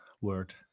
word